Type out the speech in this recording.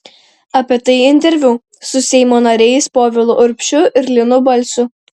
apie tai interviu su seimo nariais povilu urbšiu ir linu balsiu